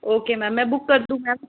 okay ma'am मैं book कर दूँ मैम